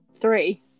three